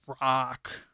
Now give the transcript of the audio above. rock